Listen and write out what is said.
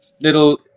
little